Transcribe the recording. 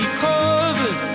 covered